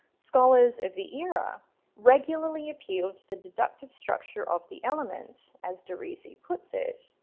scholars of the era regularly appealed to the deductive structure of the elements as de risi puts it.